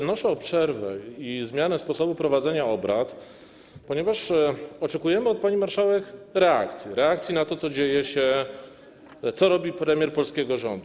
Wnoszę o przerwę i zmianę sposobu prowadzenia obrad, ponieważ oczekujemy od pani marszałek reakcji, reakcji na to, co się dzieje, co robi premier polskiego rządu.